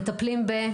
מטפלים?